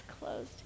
closed